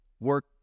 work